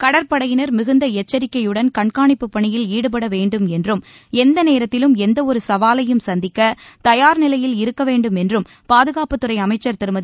கடற்படையினா் மிகுந்த எச்சிக்கையுடன் கண்காணிப்பு பணியில் ஈடுபட வேண்டும் என்றும் எந்தநேரத்திலும் எந்தவொரு சவாலையும் சந்திக்க தயார் நிலையில் இருக்க வேண்டும் என்றும் பாதுகாப்புத்துறை அமைச்சா் திருமதி